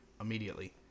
immediately